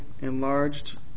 enlarged